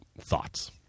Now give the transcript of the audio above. thoughts